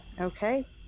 Okay